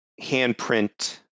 handprint